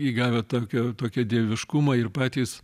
įgavę tokio tokio dieviškumo ir patys